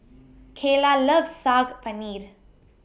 Kaylah loves Saag Paneer